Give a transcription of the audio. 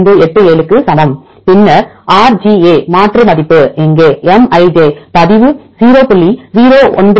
1587 க்கு சமம் பின்னர் ஆர்ஜிஏ மாற்று மதிப்பு இங்கே Mij பதிவு 0